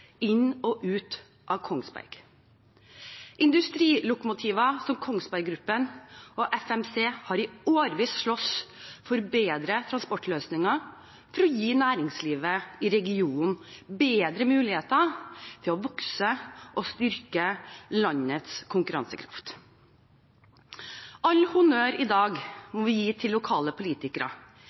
inn til og ut av Kongsberg. Industrilokomotiver som Kongsberg Gruppen og FMC har i årevis slåss for bedre transportløsninger for å gi næringslivet i regionen bedre muligheter til å vokse og styrke landets konkurransekraft. All honnør i dag må vi gi til lokale politikere,